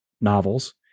novels